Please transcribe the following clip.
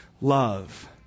love